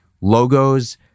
Logos